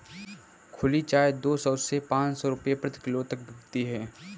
खुली चाय दो सौ से पांच सौ रूपये प्रति किलो तक बिकती है